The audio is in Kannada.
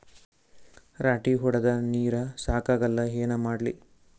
ರಾಟಿ ಹೊಡದ ನೀರ ಸಾಕಾಗಲ್ಲ ಏನ ಮಾಡ್ಲಿ?